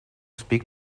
speak